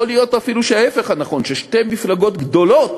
יכול להיות אפילו שההפך נכון, ששתי מפלגות גדולות